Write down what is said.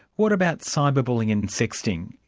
what about cyber-bullying and sexting,